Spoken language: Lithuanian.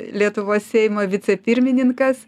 lietuvos seimo vicepirmininkas